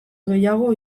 gehiago